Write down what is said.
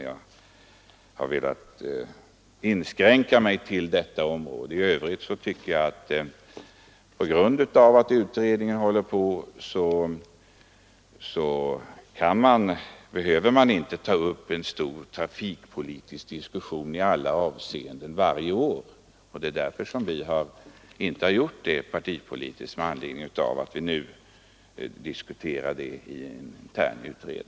Jag har velat inskränka mig till detta område. I övrigt tycker jag att man, på grund av att utredning pågår, inte varje år behöver ta upp en stor trafikpolitisk diskussion i alla avseenden. Vårt parti har inte gjort det, eftersom vi nu diskuterar frågorna i en intern utredning.